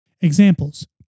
Examples